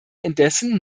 indessen